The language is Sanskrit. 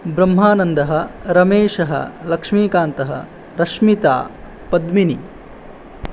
ब्रह्मानन्दः रमेशः लक्ष्मीकान्तः रश्मिता पद्मिनी